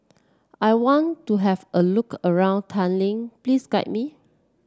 I want to have a look around Tallinn please guide me